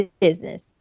business